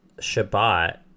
Shabbat